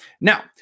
Now